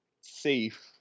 safe